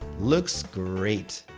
looks, great!